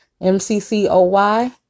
M-C-C-O-Y